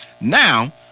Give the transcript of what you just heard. Now